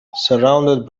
surrounded